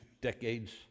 decades